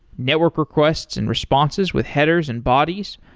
network requests and responses with headers and bodies,